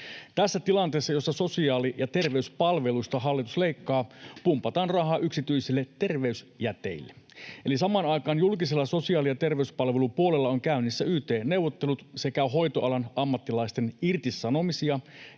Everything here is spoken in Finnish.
Tässä tilanteessa, jossa hallitus leikkaa sosiaali‑ ja terveyspalveluista, pumpataan rahaa yksityisille terveysjäteille. Eli samaan aikaan julkisella sosiaali‑ ja terveyspalvelupuolella ovat käynnissä yt-neuvottelut sekä hoitoalan ammattilaisten irtisanomisia